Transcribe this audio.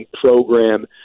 program